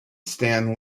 stan